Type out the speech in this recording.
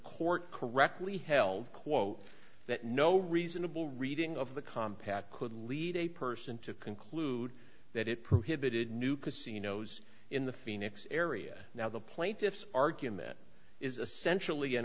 court correctly held quote that no reasonable reading of the compact could lead a person to conclude that it prohibited new casinos in the phoenix area now the plaintiff's argument is essential